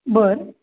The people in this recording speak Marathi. बरं